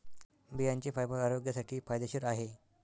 बियांचे फायबर आरोग्यासाठी फायदेशीर आहे